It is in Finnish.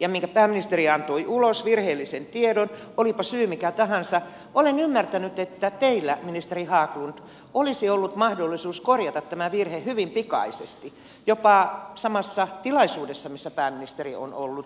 ja pääministeri antoi ulos virheellisen tiedon olipa syy mikä tahansa olen ymmärtänyt että teillä ministeri haglund olisi ollut mahdollisuus korjata tämä virhe hyvin pikaisesti jopa samassa tilaisuudessa missä pääministeri on ollut